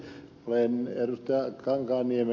olen ed